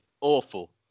awful